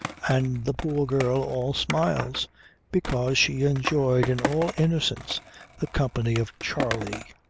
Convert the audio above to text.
and the poor girl all smiles because she enjoyed in all innocence the company of charley.